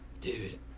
Dude